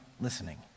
listening